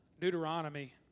Deuteronomy